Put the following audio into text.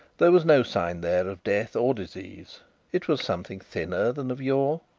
there was no sign there of death or disease it was something thinner than of yore,